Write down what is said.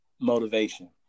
motivation